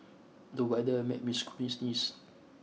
the weather made me squeeze sneeze